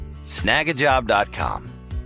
Snagajob.com